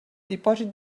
dipòsit